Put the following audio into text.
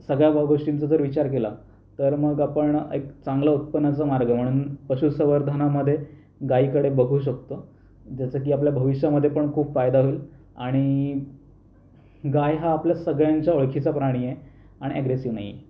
सगळ्या या गोष्टींचा जर विचार केला तर मग आपण एक चांगला उत्पन्नाचा मार्ग म्हणून पशू संवर्धनामध्ये गायीकडे बघू शकतो जसं की आपला भविष्यामध्ये पण खूप फायदा होईल आणि गाय हा आपल्या सगळ्यांच्या ओळखीचा प्राणी आहे आणि ॲग्रेसिव्ह नाही आहे